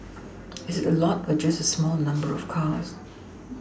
is it a lot or just a small number of cars